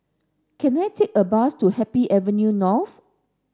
can I take a bus to Happy Avenue North